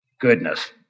goodness